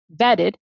vetted